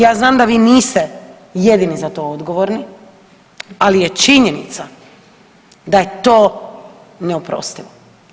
Ja znam da vi niste jedini za to odgovorni ali je činjenica da je to neoprostivo.